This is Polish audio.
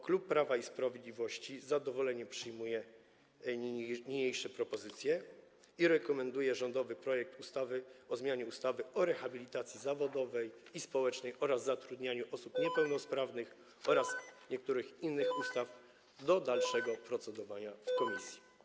Klub Prawo i Sprawiedliwość z zadowoleniem przyjmuje niniejsze propozycje i rekomenduje skierowanie rządowego projektu ustawy o zmianie ustawy o rehabilitacji zawodowej i społecznej oraz zatrudnianiu osób niepełnosprawnych oraz niektórych innych ustaw do dalszego procedowania w komisji.